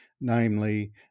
namely